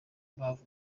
mpamvu